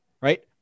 right